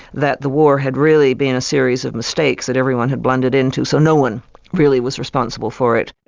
that the war had really been a series of mistakes that everyone had blundered into, so no-one really was responsible for it.